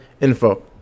info